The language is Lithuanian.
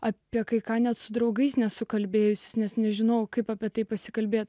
apie kai ką net su draugais nesu kalbėjusis nes nežinojau kaip apie tai pasikalbėti